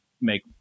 make